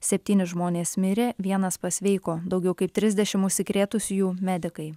septyni žmonės mirė vienas pasveiko daugiau kaip trisdešimt užsikrėtusiųjų medikai